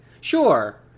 Sure